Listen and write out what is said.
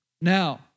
Now